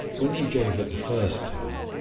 when he gave it the first time,